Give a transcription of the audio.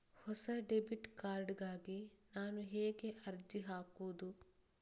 ಹೊಸ debit card ಗಾಗಿ ನಾನು ಹೇಗೆ ಅರ್ಜಿ ಹಾಕುದು?